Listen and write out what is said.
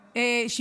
הילדה,